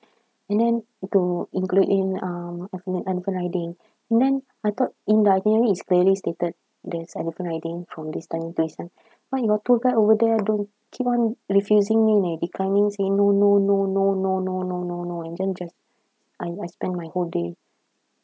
and then to include in um ele~ elephant riding and then I thought in the itinerary is clearly stated there's elephant riding from this time to this time why your tour guide over there don't keep on refusing me leh declining say no no no no no no no no no and then just I I spend my whole day